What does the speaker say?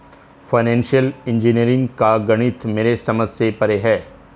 financial engineering का गणित मेरे समझ से परे है